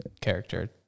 character